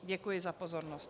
Děkuji za pozornost.